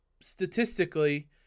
statistically